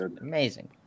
Amazing